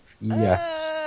Yes